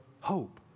hope